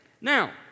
Now